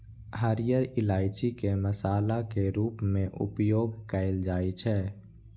हरियर इलायची के मसाला के रूप मे उपयोग कैल जाइ छै